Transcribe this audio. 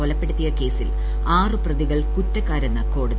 കൊലപ്പെടുത്തിയ കേസിൽ ആറ് പ്രതികൾ കുറ്റക്കാരെന്ന് കോടതി